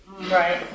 Right